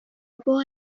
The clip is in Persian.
بار